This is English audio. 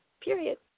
period